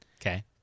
okay